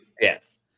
Yes